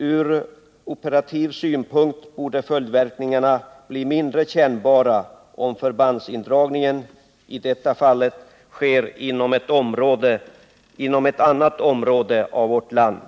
Ur operativ synpunkt borde följdverkningarna bli mindre kännbara om förbandsindragningen i detta fallet sker inom ett annat område av vårt land.